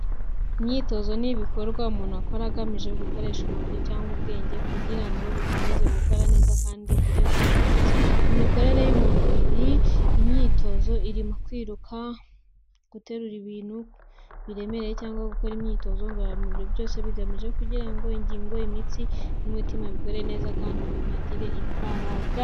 Imyitozo ni ibikorwa umuntu akora agamije gukoresha umubiri cyangwa ubwenge kugira ngo bikomeze gukora neza kandi agire ubuzima bwiza. Mu mikorere y'umubiri, imyitozo irimo: kwiruka, guterura ibintu biremereye cyangwa gukora imyitozo ngororamubiri, byose bigamije kugira ngo ingingo, imitsi n'umutima bikore neza kandi umuntu agire imbaraga.